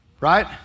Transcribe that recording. right